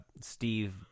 Steve